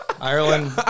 Ireland